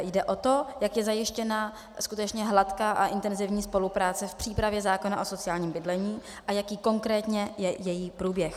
Jde o to, jak je zajištěna skutečně hladká a intenzivní spolupráce v přípravě zákona o sociálním bydlení a jaký konkrétně je její průběh.